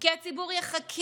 כי הציבור יחכה,